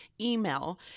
email